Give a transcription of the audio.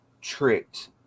tricked